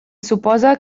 suposa